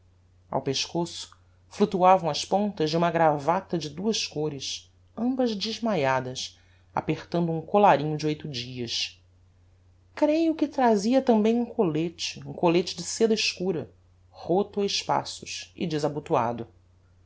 ao pescoço fluctuavam as pontas de uma gravata de duas cores ambas desmaiadas apertando um collarinho de oito dias creio que trazia tambem collete um collete de seda escura roto a espaços e desabotoado